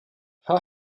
cha